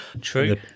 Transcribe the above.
True